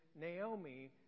Naomi